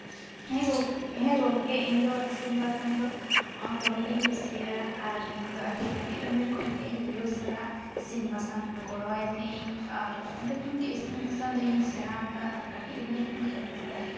ᱦᱮᱸ ᱜᱚᱝᱠᱮ ᱦᱮᱸ ᱜᱚᱝᱠᱮ ᱤᱧᱫᱚ ᱤᱥᱤᱱ ᱵᱟᱥᱟᱝ ᱫᱚ ᱫᱚᱢᱮᱜᱤᱧ ᱠᱩᱥᱤᱭᱟᱜᱼᱟ ᱟᱨ ᱤᱧᱫᱚ ᱟᱹᱰᱤ ᱠᱟᱹᱴᱤᱡ ᱩᱢᱮᱨ ᱠᱷᱚᱱᱜᱮ ᱭᱳ ᱥᱟᱞᱟᱜ ᱤᱥᱤᱱ ᱵᱟᱥᱟᱝ ᱜᱚᱲᱚᱣᱟᱭ ᱛᱟᱦᱮᱱᱤᱧ ᱟᱨ ᱚᱸᱰᱮ ᱠᱷᱚᱱᱜᱮ ᱤᱥᱤᱱ ᱵᱟᱥᱟᱝ ᱫᱚ ᱤᱧᱤᱧ ᱥᱮᱬᱟ ᱟᱠᱟᱫᱟ ᱟᱨ ᱠᱟᱹᱴᱤᱡ ᱩᱢᱮᱨ ᱠᱷᱚᱜᱮ ᱤᱧᱫᱚ